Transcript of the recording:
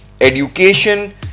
education